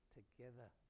together